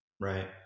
Right